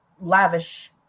lavish